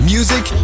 Music